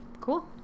Cool